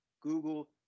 Google